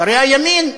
שרי הימין,